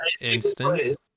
instance